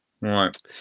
Right